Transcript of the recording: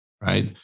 Right